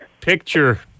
picture